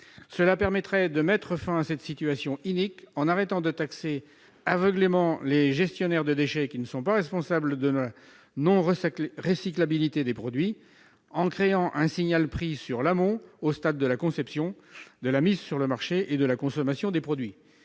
Cela permettrait de mettre fin à cette situation inique et de cesser de taxer aveuglément les gestionnaires de déchets qui ne sont pas responsables de la non-recyclabilité des produits, en créant un signal prix en amont, au stade de la conception, de la mise sur le marché et de la consommation des produits.